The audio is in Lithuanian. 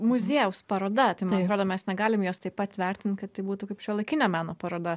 muziejaus paroda tai man atrodo mes negalim jos taip pat vertint kad tai būtų kaip šiuolaikinio meno paroda